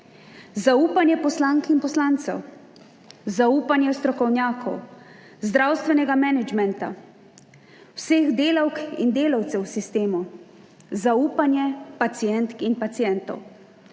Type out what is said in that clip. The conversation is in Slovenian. zaupanje poslank in poslancev, zaupanje strokovnjakov, zdravstvenega menedžmenta, vseh delavk in delavcev v sistemu, zaupanje pacientk in pacientov